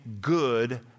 good